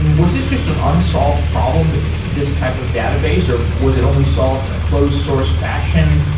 and was this just an unsolved problem, this type of database, or was it only solved in a closed source fashion?